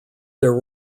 there